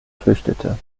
flüchtete